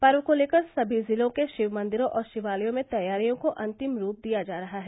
पर्व को लेकर सभी जिलों के शिवमंदिरों और शिवालयों में तैयारियों को अन्तिम रूप दिया जा रहा है